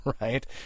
right